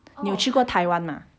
你有去过台湾吗